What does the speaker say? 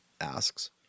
asks